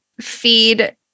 feed